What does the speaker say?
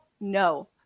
No